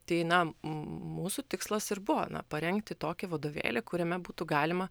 tai na m mūsų tikslas ir buvo na parengti tokį vadovėlį kuriame būtų galima